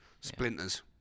splinters